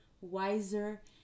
wiser